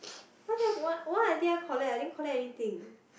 why did I why why didn't I collect I didn't collect anything